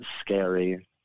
scary